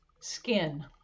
Skin